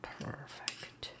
perfect